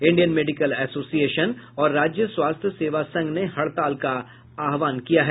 Indian Medical Association और राज्य स्वास्थ्य सेवा संघ ने हड़ताल का आह्वान किया है